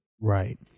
Right